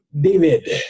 David